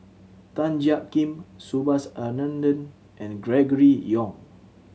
Tan Jiak Kim Subhas Anandan and Gregory Yong